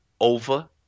over